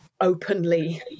openly